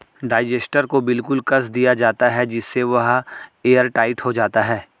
digester को बिल्कुल कस दिया जाता है जिससे वह एयरटाइट हो जाता है